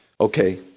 Okay